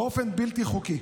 באופן בלתי חוקי.